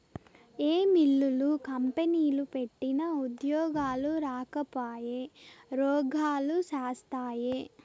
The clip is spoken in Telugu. ఏ మిల్లులు, కంపెనీలు పెట్టినా ఉద్యోగాలు రాకపాయె, రోగాలు శాస్తాయే